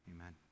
amen